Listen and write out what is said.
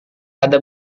ada